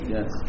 Yes